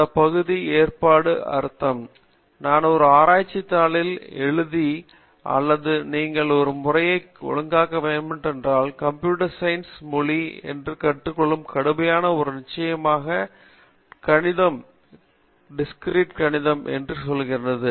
அந்த பகுதியில் ஏற்பாடு என்ன அர்த்தம் நான் ஒரு ஆராய்ச்சி தாளில் எழுத அல்லது நீங்கள் ஒரு முறையை ஒழுங்கமைக்க வேண்டும் மற்றும் நீங்கள் செய்ய வழி அடிப்படையில் கம்ப்யூட்டர் சயின்ஸ் மொழி கற்று மற்றும் நான் கடுமையாக ஒரு நிச்சயமாக உள்ளது டிஸ்க்ரீட் கணிதம் என்று அழைக்கப்படுகிறது